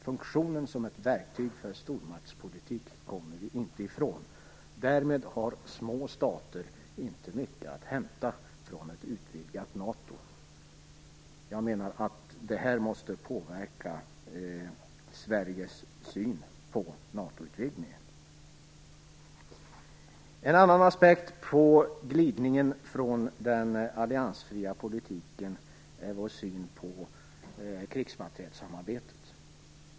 Funktionen - ett verktyg för stormaktspolitik - kommer vi inte ifrån. Därmed har små stater inte mycket att hämta från ett utvidgat NATO. Det måste påverka Sveriges syn på NATO-utvidgningen. En annan aspekt på glidningen från den alliansfria politiken är vår syn på krigsmaterielsamarbetet.